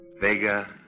Vega